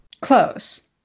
Close